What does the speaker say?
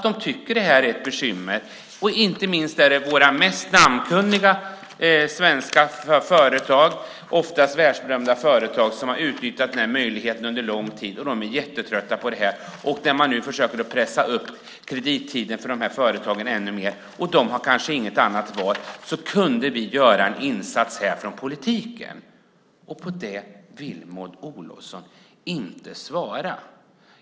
De tycker att det här är ett bekymmer. Det är inte minst våra mest namnkunniga, ofta världsberömda, svenska företag som har utnyttjat den här möjligheten under lång tid. Småföretagarna är jättetrötta på detta. De kanske inte har något val när man nu försöker pressa upp kredittiden ännu mer. Vi skulle kunna göra en insats från politiken. Det vill inte Maud Olofsson svara på.